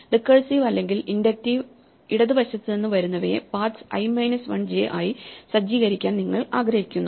recursive അല്ലെങ്കിൽ inductive ഇടത് വശത്ത് നിന്ന് വരുന്നവയെ pathsi 1 j ആയി സജ്ജീകരിക്കാൻ നിങ്ങൾ ആഗ്രഹിക്കുന്നു